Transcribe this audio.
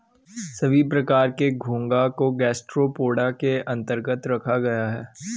सभी प्रकार के घोंघा को गैस्ट्रोपोडा के अन्तर्गत रखा गया है